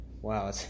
wow